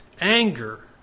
Anger